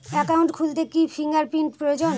Account খুলতে কি fingerprint প্রয়োজন?